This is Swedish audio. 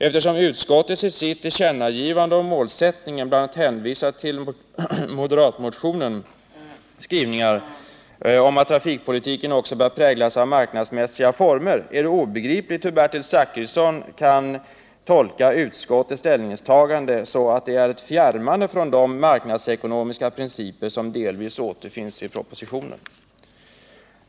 Eftersom utskottet i sitt tillkännagivande om målsättningen bl.a. hänvisar till moderatmotionens skrivningar om att trafikpolitiken också bör präglas av marknadsmässiga former, är det obegripligt hur Bertil Zachrisson kan tolka utskottets ställningstagande som ett fjärmande från de marknadsekonomiska principer som delvis återfinns i propositionen.